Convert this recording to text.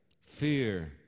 fear